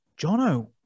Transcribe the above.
Jono